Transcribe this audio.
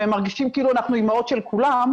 והם מרגישים כאילו אנחנו האימהות של כולם,